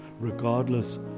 Regardless